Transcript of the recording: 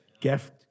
gift